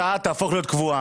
הוראת שעה תהפוך להיות קבועה.